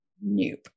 Nope